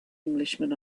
englishman